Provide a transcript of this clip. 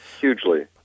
Hugely